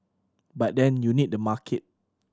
but then you need the market